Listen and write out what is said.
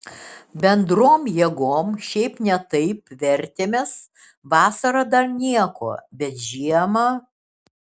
bendrom jėgom šiaip ne taip vertėmės vasarą dar nieko bet žiemą